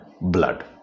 blood